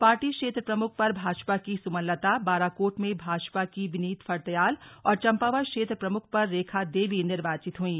पाटी क्षेत्र प्रमुख पर भाजपा की सुमनलता बाराकोट में भाजपा की विनीत फर्त्याल और चम्पावत क्षेत्र प्रमुख पर रेखा देवी निर्वाचित हुईं